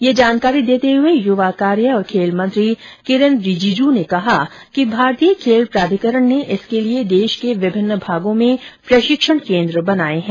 यह जानकारी देते हुए युवा कार्य और खेली मंत्री किरेन रिजिजू ने कहा कि भारतीय खेल प्राधिकरण ने इसके लिए देश के विभिन्न भागों में प्रशिक्षण केन्द्र स्थापित किए हैं